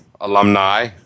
alumni